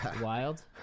Wild